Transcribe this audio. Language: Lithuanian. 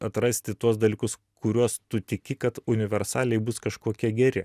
atrasti tuos dalykus kuriuos tu tiki kad universaliai bus kažkokie geri